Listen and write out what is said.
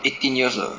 eighteen years 的